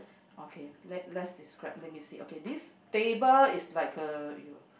okay let let's describe let me see okay this table is like the